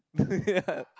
yeah